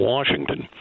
Washington